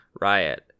riot